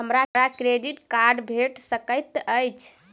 हमरा credit card भेट सकैत अछि?